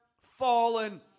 fallen